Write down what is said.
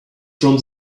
from